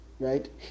Right